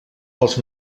els